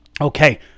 Okay